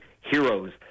heroes